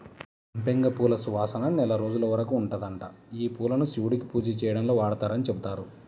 సంపెంగ పూల సువాసన నెల రోజుల వరకు ఉంటదంట, యీ పూలను శివుడికి పూజ చేయడంలో వాడరని చెబుతారు